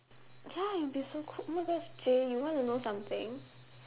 ya it'll be so cool oh my gosh J you wanna know something